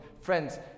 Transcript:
Friends